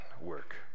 work